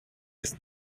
jest